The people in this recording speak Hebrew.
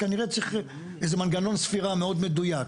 כנראה צריך איזה מנגנון ספירה מאוד מדויק.